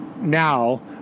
now